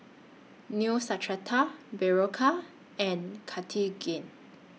Neostrata Berocca and Cartigain